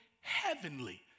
heavenly